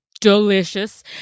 delicious